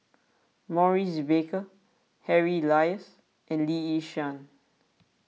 Maurice Baker Harry Elias and Lee Yi Shyan